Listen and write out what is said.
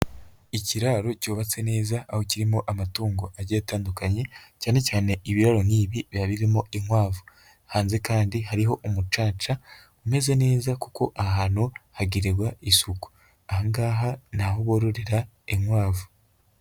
Ikiraro cyubatse neza aho kirimo amatungo agiye atandukanye cyane cyane ibiraro nk'ibi biba birimo inkwavu, hanze kandi hariho umucaca umeze neza kuko aha hantu hagirirwa isuku, aha ngaha ni aho bororera inkwavu.